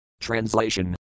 Translation